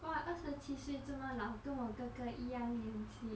!wah! 二十七岁那么老跟我哥哥一样年纪